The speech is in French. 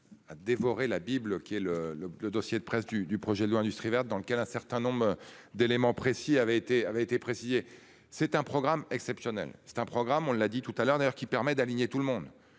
À dévorer la Bible qui est le le le dossier de presse du, du projet de loi industrie verte dans lequel un certain nombre. D'éléments précis avait été avait été précisé. C'est un programme exceptionnel. C'est un programme, on l'a dit tout à l'heure d'ailleurs qui permet d'aligner tout le monde.